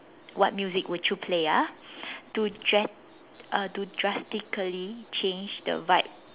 what music would you play ah to dra~ uh to drastically change the vibe